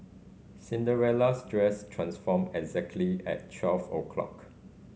Cinderella's dress transformed exactly at twelve o'clock